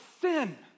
Sin